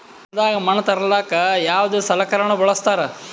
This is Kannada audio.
ಹೊಲದಾಗ ಮಣ್ ತರಲಾಕ ಯಾವದ ಸಲಕರಣ ಬಳಸತಾರ?